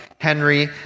Henry